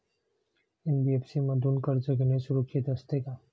NBFC मधून कर्ज घेणे सुरक्षित असते का?